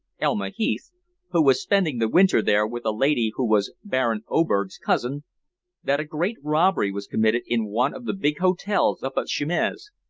elma heath who was spending the winter there with a lady who was baron oberg's cousin that a great robbery was committed in one of the big hotels up at cimiez,